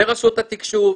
לרשות התקשוב,